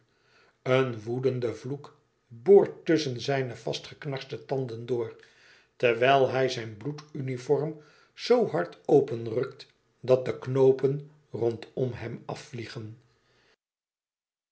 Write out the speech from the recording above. een woedende vloek boort tusschen zijne vast geknarste tanden door terwijl hij zijn bloeduniform zoo hard openrukt dat de knoopen rondom hem